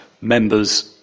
members